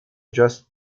just